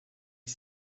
est